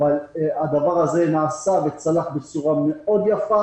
אבל הדבר הזה נעשה וצלח בצורה מאוד יפה.